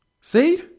See